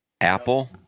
Apple